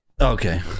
okay